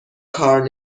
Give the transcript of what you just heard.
کار